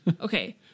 Okay